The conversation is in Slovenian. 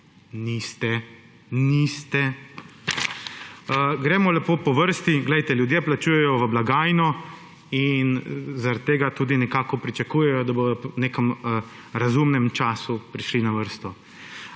Niste. Niste. Gremo lepo po vrsti. Ljudje plačujejo v blagajno in zaradi tega tudi nekako pričakujejo, da bodo v nekem razumnem času prišli na vrsto.